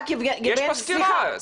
יש פה סתירה.